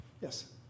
Yes